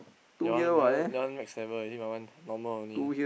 your one your one your one make seven already my one normal only